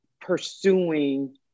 pursuing